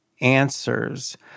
answers